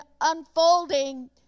unfolding